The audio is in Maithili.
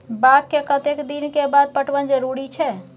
बाग के कतेक दिन के बाद पटवन जरूरी छै?